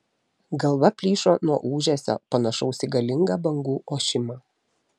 galva plyšo nuo ūžesio panašaus į galingą bangų ošimą